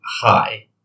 Hi